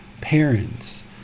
parents